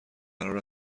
قرار